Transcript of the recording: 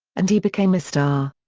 and he became a star.